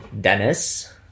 Dennis